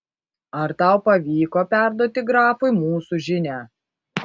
ar tau pavyko perduoti grafui mūsų žinią